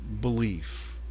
belief